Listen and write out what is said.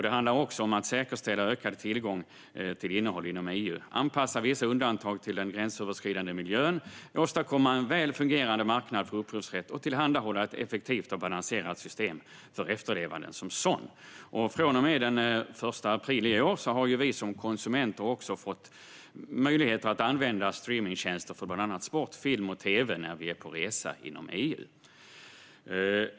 Det handlar också om att säkerställa ökad tillgång till innehåll inom EU, anpassa vissa undantag till den gränsöverskridande miljön, åstadkomma en väl fungerande marknad för upphovsrätt och tillhandahålla ett effektivt och balanserat system för efterlevnaden som sådan. Från och med den 1 april i år har vi som konsumenter också fått möjligheter att använda streamningstjänster för bland annat sport, film och tv när vi är på resa inom EU.